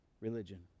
religion